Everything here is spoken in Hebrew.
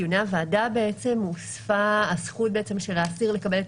בדיוני בעצם הוספה הזכות של האסיר לקבל את